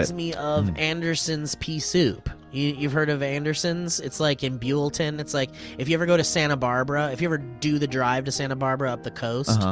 me of anderson's pea soup. you've heard of anderson's? it's like in buellton, it's like if you ever go to santa barbara. if you ever do the drive to santa barbara up the coast,